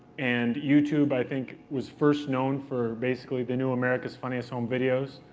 and youtube, i think, was first known for basically the new america's funniest home videos.